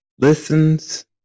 listens